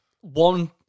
one